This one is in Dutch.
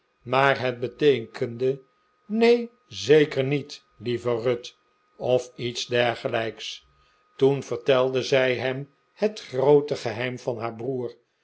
maar het beteekende neen zeker niet lieve ruth of iets dergelijks toen vertelde zij hem het groote geheim van haar broer